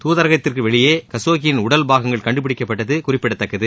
துதரகத்திற்கு வெளியே கசோகியின் உடல் பாகங்கள் கண்டு பிடிக்கப்பட்டது குறிப்பிடத்தக்கது